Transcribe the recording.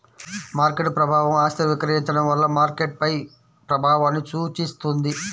market ప్రభావం ఆస్తిని విక్రయించడం వల్ల మార్కెట్పై ప్రభావాన్ని సూచిస్తుంది